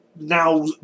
now